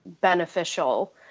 beneficial